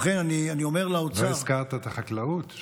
ובכן, אני אומר לאוצר, לא הזכרת את החקלאות.